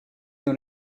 dans